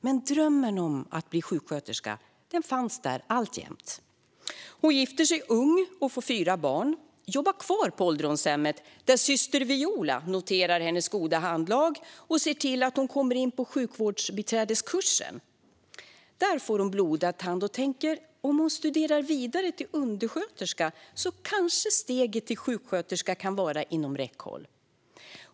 Men drömmen om att bli sjuksköterska fanns där alltjämt. Hon gifter sig ung och får fyra barn. Hon jobbar kvar på ålderdomshemmet där syster Viola noterar hennes goda handlag och ser till att hon kommer in på sjukvårdsbiträdeskursen. Där får hon blodad tand. Hon tänker att om hon studerar vidare till undersköterska kanske steget till sjuksköterska kan vara inom räckhåll.